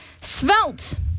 Svelte